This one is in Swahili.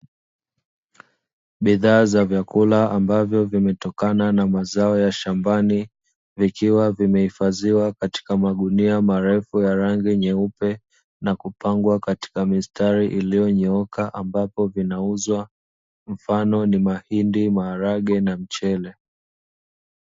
Bidhaa za vyakula ambavyo vimetokana na mazao ya shambani, vikiwa vimehfadhiwa katika magunia marefu ya rangi ya kupangwa katika mistari, iliyonyooka ambapo vinauzwa mfano ni mahindi, maharage na mchele.